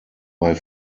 bei